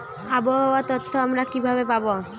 আবহাওয়ার তথ্য আমরা কিভাবে পাব?